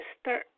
start